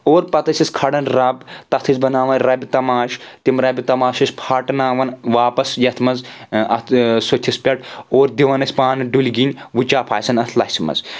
اور پتہٕ ٲسۍ أسۍ کھالان رَب تتھ ٲسۍ بناوان رَبہِ تماش تِم رَبہِ تماش ٲسۍ پھاٹناوَان واپس یتھ منٛز اتھ سوٚتھسِ پؠٹھ اور دِوَان ٲسۍ پانہٕ ڈُلۍ گٔنۍ وٕچاپھ آسن اتھ لسہِ منٛز